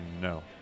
no